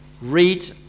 read